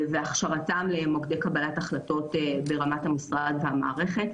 והכשרתם למוקדי קבלת החלטות ברמת המשרד והמערכת.